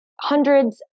hundreds